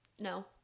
No